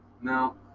No